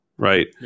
Right